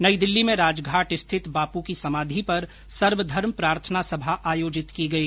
नई दिल्ली में राजघाट स्थित बापू की समाधि पर सर्वधर्म प्रार्थना सभा आयोजित की गई